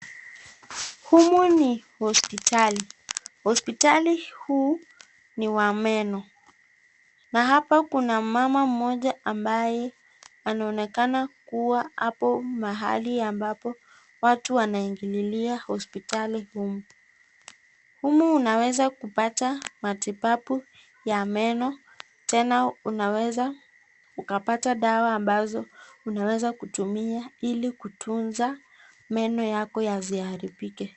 Humu ni hospitali, hospitali huu ni wa meno, na hapa kuna mama mmoja amabaye anaonekana kua hapo mahali ambapo watu wanaingililia hospitali humu, humu unaeza kupata matibabu ya meno tena unaweza ukapata dawa ambazo unaezakutumia ili kutunza meno yako yasiharibike.